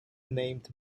named